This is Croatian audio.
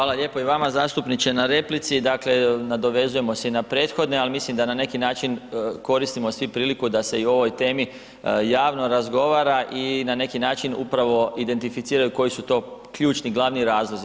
Hvala lijepo i vama zastupniče na replici, dakle nadovezujemo se i na prethodne ali mislim da na neki način koristimo svi priliku da se i o ovoj temi javno razgovara i na neki način u pravo identificiraju koji su to ključni, glavni razlozi.